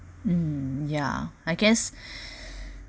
um yeah I guess